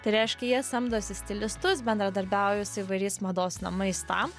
tai reiškia jie samdosi stilistus bendradarbiauja su įvairiais mados namais tam